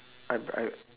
I I